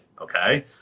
okay